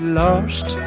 lost